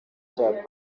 cya